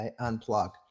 unplug